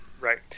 Right